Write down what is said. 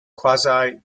quasi